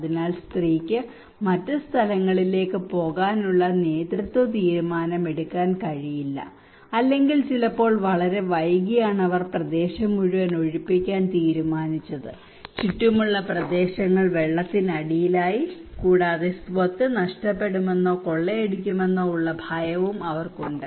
അതിനാൽ സ്ത്രീക്ക് മറ്റ് സ്ഥലങ്ങളിലേക്ക് പോകാനുള്ള നേതൃത്വ തീരുമാനം എടുക്കാൻ കഴിയില്ല അല്ലെങ്കിൽ ചിലപ്പോൾ വളരെ വൈകിയാണ് അവർ പ്രദേശം മുഴുവൻ ഒഴിപ്പിക്കാൻ തീരുമാനിച്ചത് ചുറ്റുമുള്ള പ്രദേശങ്ങൾ വെള്ളത്തിനടിയിലായി കൂടാതെ സ്വത്ത് നഷ്ടപ്പെടുമെന്നോ കൊള്ളയടിക്കുമെന്നോ ഉള്ള ഭയവും അവർക്ക് ഉണ്ട്